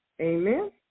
Amen